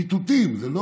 ציטוטים, לא